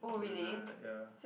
it was a ya